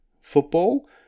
football